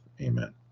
Amen